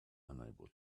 unable